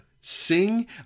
sing